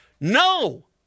No